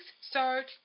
start